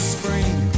Spring